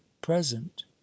present